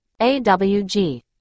awg